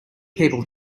people